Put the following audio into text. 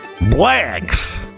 Blacks